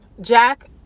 Jack